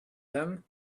them